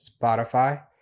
Spotify